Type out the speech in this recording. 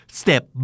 step